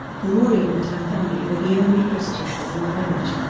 noreen and her family were the only christians in the village.